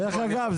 דרך אגב,